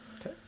Okay